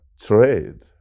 trade